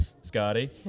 Scotty